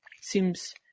seems